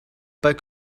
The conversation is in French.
pas